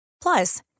Plus